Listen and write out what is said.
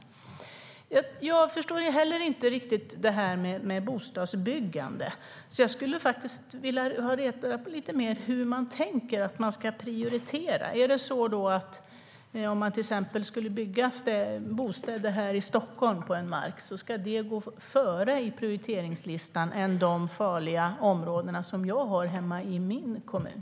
Jag förstår inte heller riktigt detta med bostadsbyggandet. Jag vill alltså ha reda på lite mer om hur man tänker att man ska prioritera. Om man till exempel ska bygga bostäder här i Stockholm på någon mark, ska det i prioriteringslistan gå före de farliga områden som jag har hemma i min kommun?